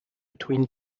between